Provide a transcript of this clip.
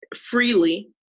freely